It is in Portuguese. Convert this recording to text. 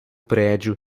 prédio